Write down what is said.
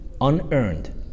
unearned